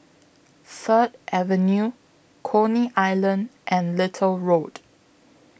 Third Avenue Coney Island and Little Road